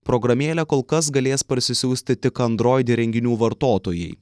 programėlę kol kas galės parsisiųsti tik android įrenginių vartotojai